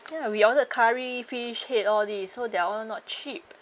ya we ordered curry fish head all this so they are all not cheap